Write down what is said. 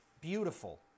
beautiful